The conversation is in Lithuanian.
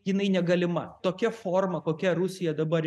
jinai negalima tokia forma kokia rusija dabar